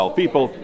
people